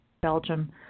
Belgium